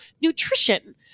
nutrition